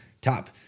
Top